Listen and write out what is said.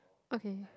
okay